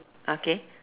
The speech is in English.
okay